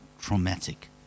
traumatic